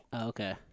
okay